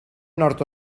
nord